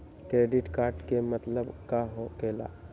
Credit card के मतलब का होकेला?